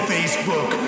Facebook